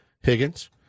Higgins